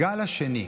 בגל השני,